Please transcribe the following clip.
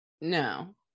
No